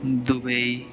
Dubai